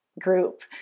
group